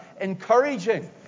encouraging